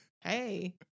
Hey